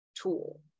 tool